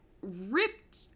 ripped